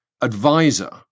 advisor